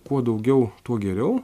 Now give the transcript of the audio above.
kuo daugiau tuo geriau